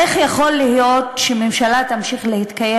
איך יכול להיות שממשלה תמשיך להתקיים